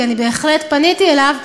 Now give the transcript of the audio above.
כי אני בהחלט פניתי אליו,